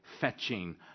fetching